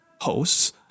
hosts